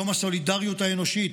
יום הסולידריות האנושית,